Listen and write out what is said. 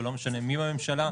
ולא משנה מי בממשלה,